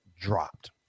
dropped